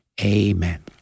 Amen